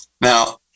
Now